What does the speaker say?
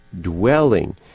dwelling